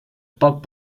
poc